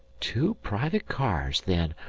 two private cars, then,